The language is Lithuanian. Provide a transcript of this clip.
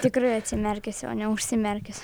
tikrai atsimerkęs o ne užsimerkęs